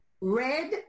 Red